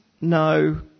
no